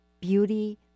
beauty